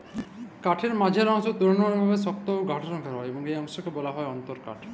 কাঠের মাইঝল্যা অংশ তুললামূলকভাবে সক্ত অ গাঢ় রঙের হ্যয় এবং ই অংশকে ব্যলা হ্যয় অল্তরকাঠ